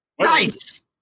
Nice